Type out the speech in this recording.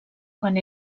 quan